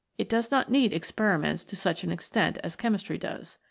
it does not need experi ments to such an extent as chemistry does.